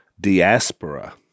Diaspora